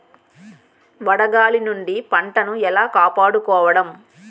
వడగాలి నుండి పంటను ఏలా కాపాడుకోవడం?